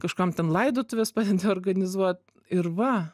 kažkam ten laidotuves padedi organizuot ir va